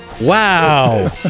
Wow